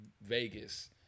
Vegas